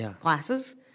classes